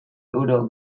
euro